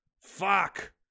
Fuck